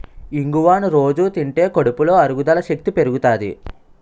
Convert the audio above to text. ఇంగువను రొజూ తింటే కడుపులో అరుగుదల శక్తి పెరుగుతాది